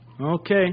Okay